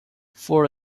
for